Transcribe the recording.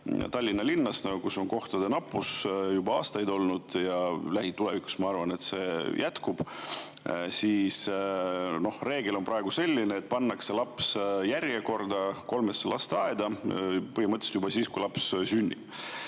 Tallinna linnast, kus on kohtade nappus juba aastaid olnud ja ka lähitulevikus, ma arvan, see jätkub, siis reegel on praegu selline, et laps pannakse kolme lasteaeda järjekorda põhimõtteliselt juba siis, kui ta sünnib.